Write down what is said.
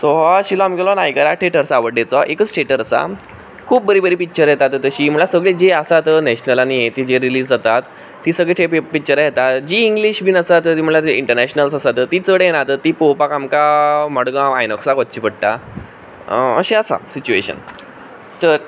so हो आशिल्लो आमगेलो नायगरा थिएटर सांवड्डेचो एकच थिएटर आसा खूब बरीं बरीं पिक्चरां येता तशीं म्हणल्यार जीं आसात नेशनल आनी हें तीं जें रिलीज जातात तीं सगळीं थंय पिक्चरां येतात जीं इंग्लीश बीन आसा तीं म्हणल्यार इंटरनेशनल आसा तीं चड येनात तीं पोवपाक आमकां मडगांव आयनोक्सांत वच्चें पडटा अशें आसा सिच्युएशन तर